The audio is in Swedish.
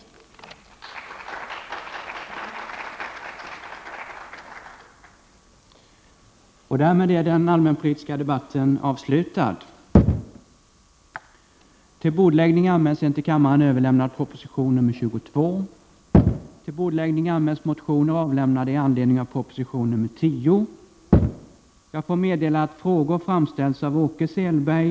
Meddelande om frågor